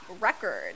record